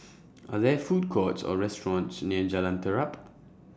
Are There Food Courts Or restaurants near Jalan Terap